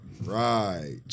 Right